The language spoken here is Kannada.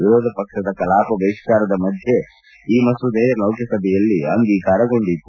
ವಿರೋಧ ಪಕ್ಷದ ಕಲಾಪ ಬಹಿಷ್ಠಾರದ ಮಧ್ಯೆ ಈ ಮಸೂದೆ ಲೋಕಸಭೆಯಲ್ಲಿ ಅಂಗೀಕಾರಗೊಂಡಿತ್ತು